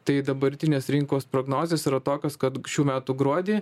tai dabartinės rinkos prognozės yra tokios kad šių metų gruodį